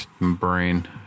brain